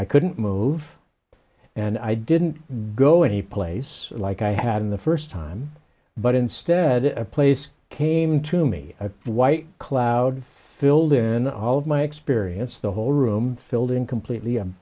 i couldn't move and i didn't go any place like i had in the first time but instead a place came to me a white clouds filled in all of my experience the whole room filled in completely